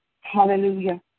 Hallelujah